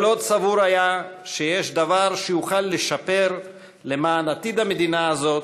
כל עוד סבור היה שיש דבר שיוכל לשפר למען עתיד המדינה הזאת,